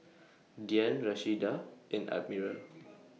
Diann Rashida and Admiral